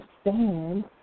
stand